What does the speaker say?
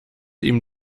ihm